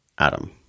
adam